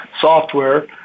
software